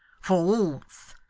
for warmth.